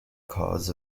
cause